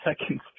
seconds